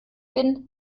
bin